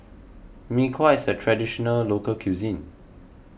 Mee Kuah is a Traditional Local Cuisine